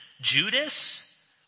Judas